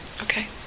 Okay